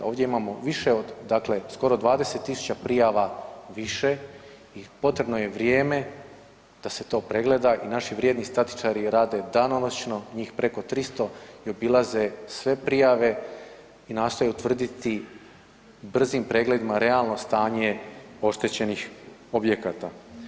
Ovdje imamo više od, dakle skoro 20.000 prijava više i potrebno je vrijeme da se to pregleda i naši vrijedni statičari rade danonoćno, njih preko 300 i obilaze sve prijave i nastoje utvrditi brzim pregledima realno stanje oštećenih objekata.